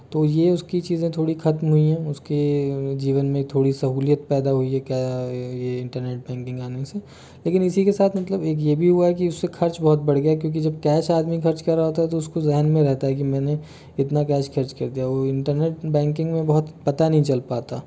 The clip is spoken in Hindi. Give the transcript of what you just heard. तो ये उसकी चीज़ें थोड़ी खत्म हुई हैं उसके जीवन में थोड़ी सहूलियत पैदा हुई है ये इंटरनेट बैंकिंग आने से लेकिन इसी के साथ मतलब एक यह भी हुआ है कि इससे खर्च बहुत बढ़ गया है क्योंकि जब कैश आदमी खर्च कर रहा होता है तो उसको ज़ेहन में रहता है कि मैंने इतना कैश खर्च कर दिया है और इंटरनेट बैंकिंग में बहुत पता नहीं चल पाता